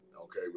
okay